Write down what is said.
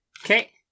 Okay